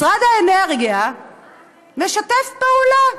משרד האנרגיה משתף פעולה.